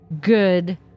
good